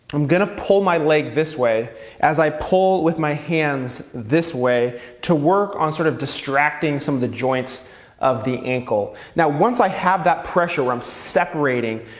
gonna pull my leg this way as i pull with my hands this way to work on sort of distracting some of the joints of the ankle. now, once i have that pressure, where i'm separating,